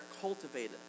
cultivated